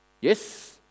Yes